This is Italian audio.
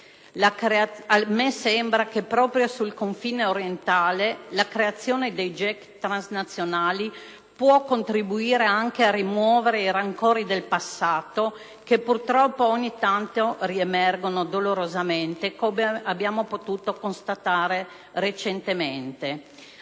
A me sembra che, proprio sul confine orientale, la creazione dei GECT transnazionali possa contribuire anche a rimuovere i rancori del passato, che purtroppo ogni tanto riemergono dolorosamente, come abbiamo potuto constatare recentemente.